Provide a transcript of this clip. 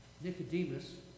Nicodemus